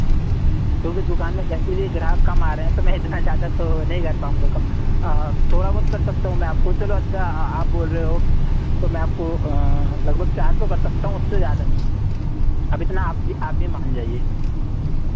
क्योंकि दुकान में वैसे भी ग्राहक कम आ रहे हैं तो मैं इतना ज़्यादा तो नहीं कर पाउँगा कम हाँ थोड़ा बहुत कर सकता हूँ मैं आपको चलो अच्छा आप बोल रहे हो तो मैं आपको लगभग चार सौ कर सकता हूँ उससे ज़्यादा नहीं अब इतना आप भी आप भी मान जाइये